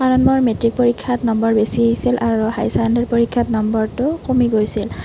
কাৰণ মোৰ মেট্ৰিক পৰীক্ষাত নম্বৰ বেছি আছিল আৰু হায়াৰ ছেকেণ্ডেৰী পৰীক্ষাত নম্বৰটো কমি গৈছিল